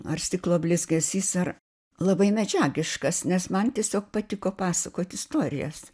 ar stiklo blizgesys ar labai medžiagiškas nes man tiesiog patiko pasakot istorijas